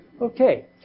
Okay